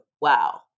Wow